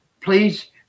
Please